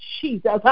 Jesus